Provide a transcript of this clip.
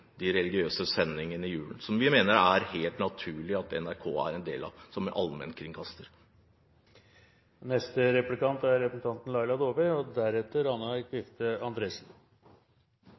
de religiøse sendingene i julen, som vi mener er helt naturlig at NRK er en del av som en allmennkringkaster. Det var mye bra og som jeg satte pris på i innlegget, bl.a. dette med frivilligheten og hvor viktig den er